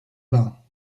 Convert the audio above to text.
bains